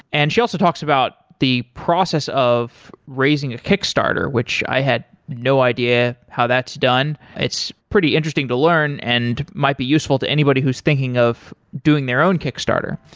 and she also talks about the process of raising a kickstarter, which i had no idea how that's done it's pretty interesting to learn and might be useful to anybody who's thinking of doing their own kickstarter.